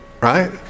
right